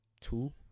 two